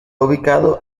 ubicado